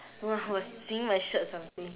no ah was seeing my shirt something